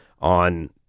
on